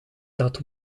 dat